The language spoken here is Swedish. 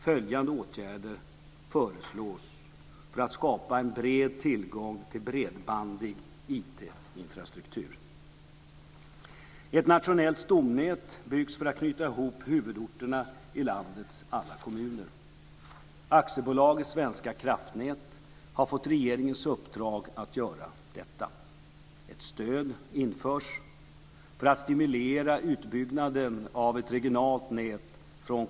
Följande åtgärder föreslås för att skapa en bred tillgång till bredbandig IT-infrastruktur: Ett nationellt stomnät byggs för att knyta ihop huvudorterna i landets alla kommuner. Aktiebolaget Svenska kraftnät har fått regeringens uppdrag att göra detta.